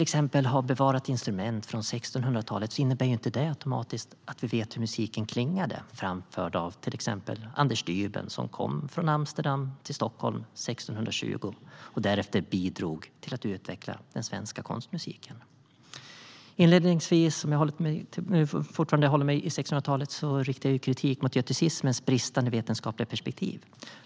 Ett bevarat instrument från 1600-talet innebär inte automatiskt att vi vet hur musiken klingade framfört av till exempel Anders Düben, som kom från Amsterdam till Stockholm 1620 och bidrog till att utveckla den svenska konstmusiken. Jag håller mig fortfarande till 1600-talet. Jag riktade inledningsvis kritik mot göticismens bristande vetenskapliga perspektiv.